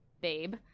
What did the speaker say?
babe